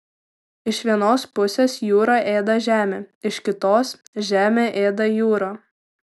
iš vienos pusės jūra ėda žemę iš kitos žemė ėda jūrą